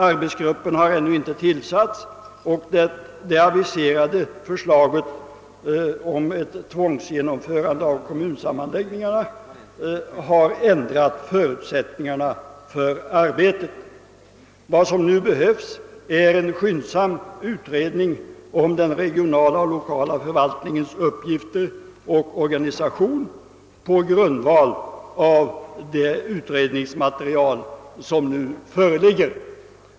Arbetsgruppen har ännu inte tillsatts och förutsättningarna för arbetet har förändrats genom det aviserade förslaget om ett tvångsmässigt genomförande av kommunsammanläggningarna. Vad som nu behövs är en skyndsam utredning om den regionala och lokala förvaltningens uppgifter och organisation på grundval av det utredningsmaterial som föreligger.